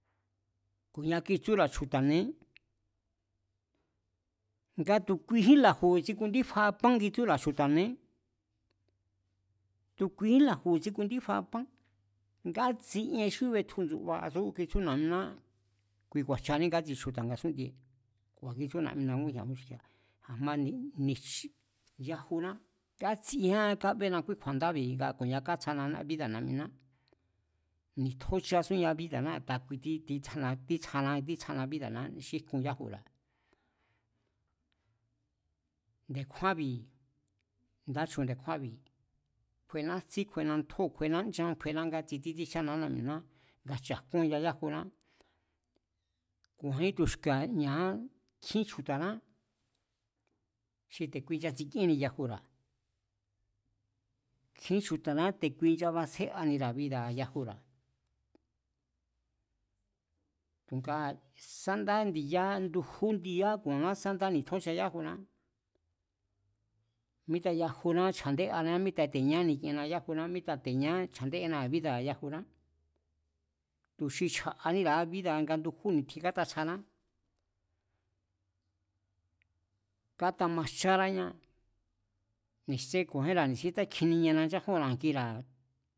Ku̱nia kitsúra̱ chju̱ta̱ ne̱e, nga tu̱ kuijín la̱ju̱bi̱ tsikunndífaa pán kitsúra̱ chju̱ta̱ ne̱é tu̱ kuijín la̱ju̱bi̱ tsikundífaa pán, ngatsi ien xí betju ndsu̱ba tsú kitsú na̱'miná kui ku̱a̱jchaní ngátsi chju̱ta̱ nga̱sún'ndie, ku̱a̱kitsú na̱'mina ngújña̱ nguski̱a̱, a̱ma ni̱tsjie yajuná, ngátsijíán kábéna kúí kju̱a̱ndábi̱ nga ku̱nia kátsjana bída̱ na̱'miná, ni̱tjóchasúña bída̱ná a̱nda kui títsjana bída̱na xí jkun yájura̱. Nde̱kjúánbi̱, ndá chun de̱kjúánbi̱, kjuená jtsí, kjuena ntjóo̱, kjuena nchán, kjuena ngátsi, títsíjchána ná'miná, nga jcha̱jkúnña yájuna, ku̱a̱jín tu̱xki̱a̱ ña̱á, nkjín chju̱ta̱ná xi te̱ ki nchatsikíénni yajura̱, nkjín chju̱ta̱na te̱kui nchabatsjé'anira̱ bida̱ra̱ yajura̱, tu̱nga sá dáí ndi̱ya, ndú ndi̱yá ku̱a̱nna sá ndá ni̱tjóchaa yajuná, míta yajuná chja̱ndé'aniñá, míta te̱ ña ni̱kienia yájuná, míta te̱ ña chja̱ndé'anira̱a bída̱ yajuná. Tu̱ xi chja̱'aníra̱a bída̱ nga ndujú ni̱tjin kátatsjaná, kátamajcháráñá, tsén ku̱a̱njínra̱ ni̱sí tákjiniñániña nchajúnra̱ jngira̱